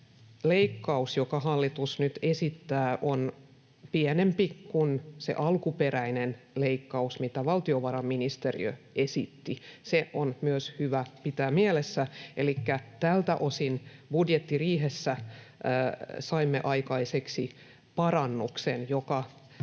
leikkaus, jota hallitus nyt esittää, on pienempi kuin se alkuperäinen leikkaus, mitä valtiovarainministeriö esitti — se on myös hyvä pitää mielessä. Elikkä tältä osin budjettiriihessä saimme aikaiseksi parannuksen, joka